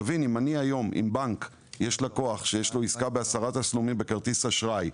אם יש לקוח שיש לו עסקה בעשרה תשלומים בכרטיס אשראי,